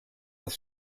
das